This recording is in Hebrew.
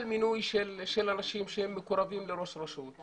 מינוי של אנשים שהם מקורבים לראש רשות,